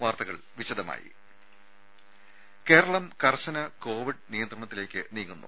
വാർത്തകൾ വിശദമായി കേരളം കർശന കോവിഡ് നിയന്ത്രണത്തിലേക്ക് നീങ്ങുന്നു